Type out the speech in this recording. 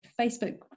facebook